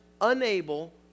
unable